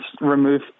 remove